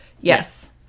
yes